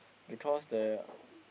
because there are